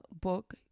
book